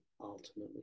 ultimately